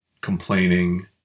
complaining